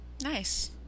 Nice